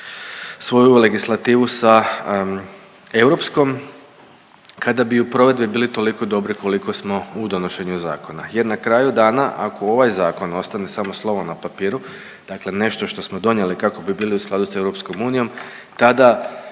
svoju legislativu sa europskom, kada bi i u provedbi bili toliko dobri koliko smo u donošenju zakona, jer na kraju dana ako ovaj zakon ostane samo slovo na papiru, dakle nešto što smo donijeli kako bi bili u skladu s EU, tada